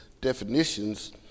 definitions